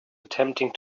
attempting